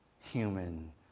human